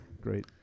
Great